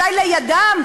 אולי לידם,